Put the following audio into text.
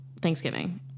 Thanksgiving